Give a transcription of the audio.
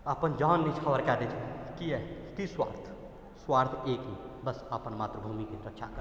अपन जान निछावर कऽ दै छथिन किएक की स्वार्थ स्वार्थ एक ही बस अपन मातृभूमिके रक्षा करनाए